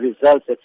results